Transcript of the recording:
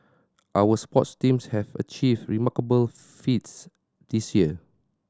our sports teams have achieve remarkable feats this year